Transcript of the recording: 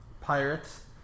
Pirates